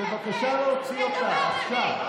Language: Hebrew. בבקשה להוציא אותה עכשיו.